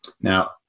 Now